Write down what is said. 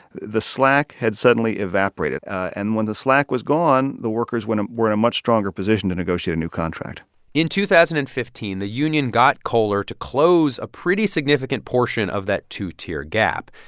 the slack had suddenly evaporated. and when the slack was gone, the workers were in a much stronger position to negotiate a new contract in two thousand and fifteen, the union got kohler to close a pretty significant portion of that two-tier gap.